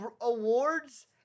awards